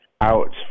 out